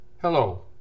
Hello